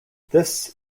this